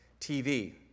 TV